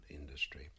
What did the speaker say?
industry